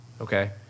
okay